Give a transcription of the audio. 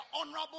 honorable